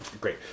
Great